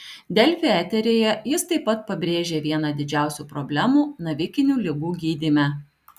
delfi eteryje jis taip pat pabrėžė vieną didžiausių problemų navikinių ligų gydyme